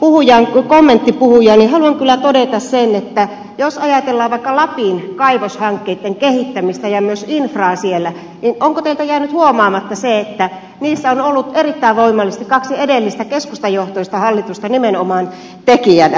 puhujan kommenttiin niin haluan kyllä todeta sen että jos ajatellaan vaikka lapin kaivoshankkeitten kehittämistä ja myös infraa siellä onko teiltä jäänyt huomaamatta se että niissä ovat olleet erittäin voimallisesti kaksi edellistä keskustajohtoista hallitusta nimenomaan tekijöinä